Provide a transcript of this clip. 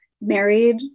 married